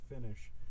finish